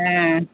ஆ